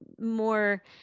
more